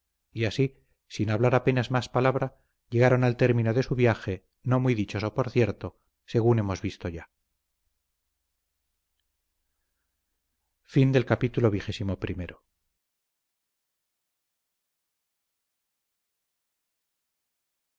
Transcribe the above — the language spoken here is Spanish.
y así sin hablar apenas más palabra llegaron al término de su viaje no muy dichoso por cierto según hemos visto ya